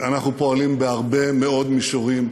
אנחנו פועלים בהרבה מאוד מישורים.